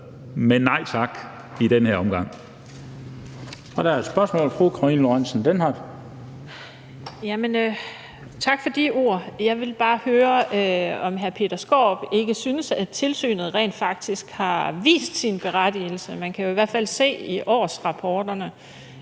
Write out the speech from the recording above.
men nej tak i den her omgang.